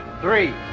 three